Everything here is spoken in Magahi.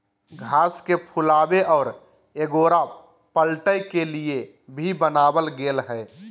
घास के फुलावे और एगोरा पलटय के लिए भी बनाल गेल हइ